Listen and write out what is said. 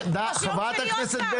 או שביום שני עוד פעם?